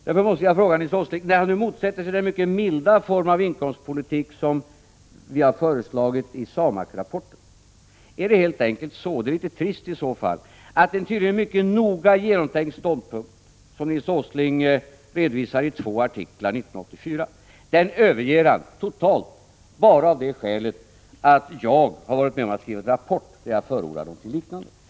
Därför måste jag fråga: När Nils Åsling nu motsätter sig den mycket milda form av inkomstpolitik som vi har föreslagit i SAMAK-rapporten, är det helt enkelt så att en tydligen mycket noga genomtänkt ståndpunkt, som Nils Åsling redovisar i två artiklar 1984, överger han totalt — bara av det skälet att jag har varit med om att skriva en rapport där jag förordar något liknande?